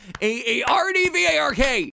A-A-R-D-V-A-R-K